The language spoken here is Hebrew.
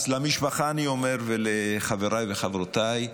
אז למשפחה אני אומר ולחבריי וחברותיי,